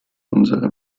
unsere